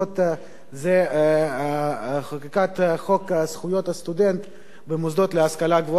זה חקיקת חוק זכויות הסטודנט במוסדות להשכלה גבוהה,